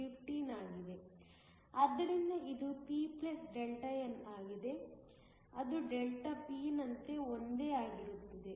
ಆದ್ದರಿಂದ ಇದು p Δn ಆಗಿದೆ ಅದು Δp ನಂತೆ ಒಂದೇ ಆಗಿರುತ್ತದೆ